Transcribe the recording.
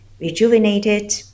rejuvenated